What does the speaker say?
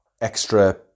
extra